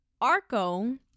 arco